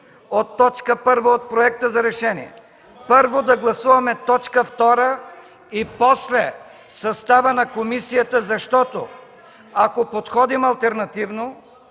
от точка първа от Проекта за решение. Първо да гласуваме точка втора и след това съставът на комисията, защото, ако подходим алтернативно,